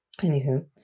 Anywho